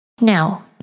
Now